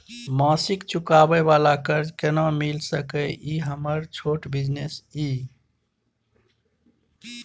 मासिक चुकाबै वाला कर्ज केना मिल सकै इ हमर छोट बिजनेस इ?